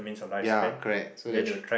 ya correct so that she